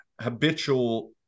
habitual